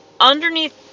underneath